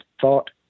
thought